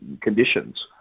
conditions